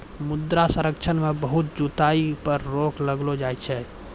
मृदा संरक्षण मे बहुत जुताई पर रोक लगैलो जाय छै